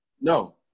No